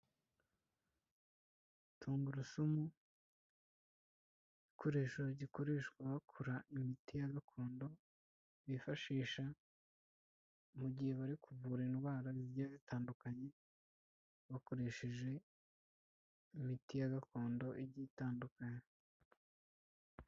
Tungurusumu, igikoresho gikoreshwa bakora imiti ya gakondo, bifashisha mu gihe bari kuvura indwara zigiye zitandukanye, bakoresheje imiti ya gakondo igiye itandukanye.